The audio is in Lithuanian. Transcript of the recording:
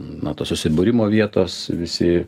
na tos susibūrimo vietos visi